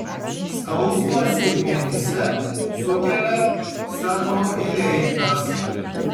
skausmą sėdmenyse sukelia sakroileitas